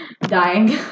dying